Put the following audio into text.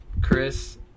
Chris